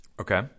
Okay